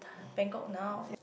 Bangkok now